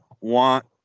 want